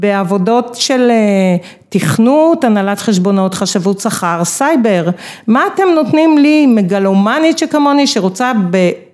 ‫בעבודות של תכנות, ‫הנהלת חשבונות, חשבות שכר, סייבר, ‫מה אתם נותנים לי מגלומנית ‫שכמוני שרוצה ב...